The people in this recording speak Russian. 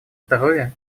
здоровья